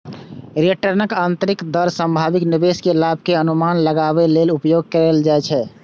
रिटर्नक आंतरिक दर संभावित निवेश के लाभ के अनुमान लगाबै लेल उपयोग कैल जाइ छै